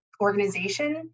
organization